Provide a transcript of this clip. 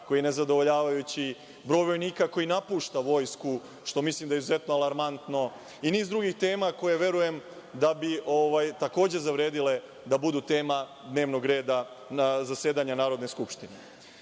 koji na zadovoljavajući broj vojnika koji napušta vojsku, što mislim da je izuzetno alarmantno i niz drugih tema koje verujem da bi takođe zavredile da budu tema dnevnog reda zasedanja Narodne skupštine. Ono